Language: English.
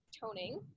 toning